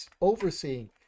overseeing